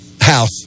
house